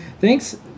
Thanks